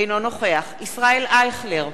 אינו נוכח ישראל אייכלר,